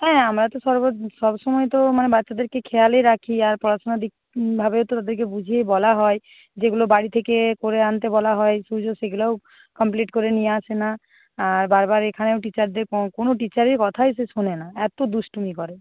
হ্যাঁ আমরা তো সবসময়ই তো মানে বাচ্চাদেরকে খেয়ালে রাখি আর পড়াশোনার দিক ভাবেও তো ওদেরকে বুঝিয়েই বলা হয় যেগুলো বাড়ি থেকে করে আনতে বলা হয় সূর্য সেগুলাও কমপ্লিট করে নিয়ে আসে না আর বারবার এখানেও টিচারদের কোনো টিচারের কথাই সে শোনে না এতো দুষ্টুমি করে